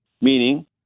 meaning